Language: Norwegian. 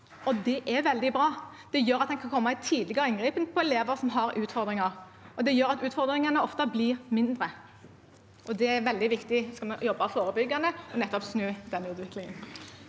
Det er veldig bra. Det gjør at en kan komme med tidligere inngrep overfor elever som har utfordringer, og det gjør at utfordringene ofte blir mindre. Det er veldig viktig hvis vi skal vi jobbe forebyggende og snu denne utviklingen.